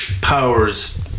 powers